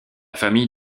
famille